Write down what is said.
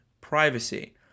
privacy